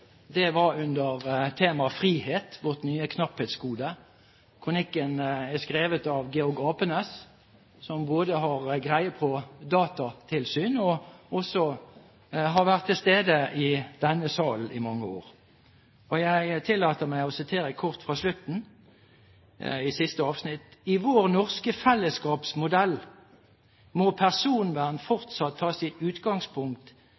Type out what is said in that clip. datoen var ikke tilfeldig – under temaet: frihet – vårt nye knapphetsgode. Kronikken er skrevet av Georg Apenes, som både har greie på datatilsyn og også har vært til stede i denne salen i mange år. Jeg tillater meg å sitere kort fra slutten, i siste avsnitt: «I vår norske fellesskapsmodell må personvern